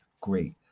great